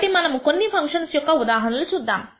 కాబట్టి మనం కొన్ని ఫంక్షన్స్ యొక్క ఉదాహరణలు చూద్దాం